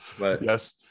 yes